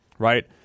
Right